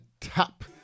tap